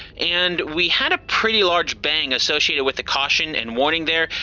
and we had a pretty large bang associated with the caution and warning there.